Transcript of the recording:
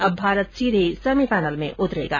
अब भारत सीधे सेमीफाइनल में उतेरेगा